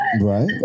Right